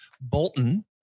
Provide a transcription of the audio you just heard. Bolton